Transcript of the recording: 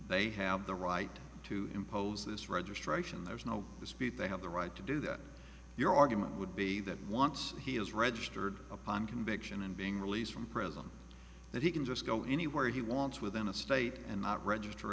they have the right to impose this registration there's no dispute they have the right to do that your argument would be that wants he is registered upon conviction and being released from prison that he can just go anywhere he wants within a state and not register